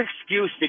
excuse